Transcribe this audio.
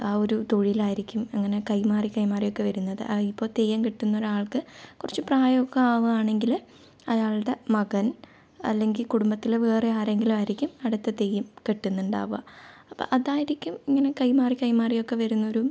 ആ ഒരു തൊഴിലായിരിക്കും അങ്ങനെ കൈമാറി കൈമാറി ഒക്കെ വരുന്നത് ഇപ്പോൾ തെയ്യം കെട്ടുന്നോരാൾക്ക് കുറച്ച് പ്രായം ഒക്കെ ആകുവാണെങ്കിൽ അയാളുടെ മകൻ അല്ലെങ്കിൽ കുടുംബത്തിലെ വേറെ ആരെങ്കിലുമായിരിക്കും അടുത്ത തെയ്യം കെട്ടുന്നുണ്ടാവുക അപ്പം അതായിരിക്കും ഇങ്ങനെ കൈമാറി കൈമാറി ഒക്കെ വരുന്നൊരു